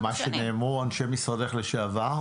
אבל מה שאמרו אנשי משרדך לשעבר,